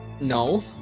No